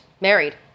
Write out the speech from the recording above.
Married